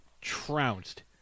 trounced